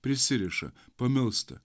prisiriša pamilsta